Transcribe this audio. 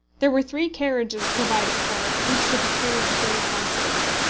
there were three carriages provided for us, each with a pair of grey horses.